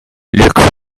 liquor